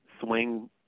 swing